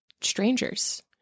strangers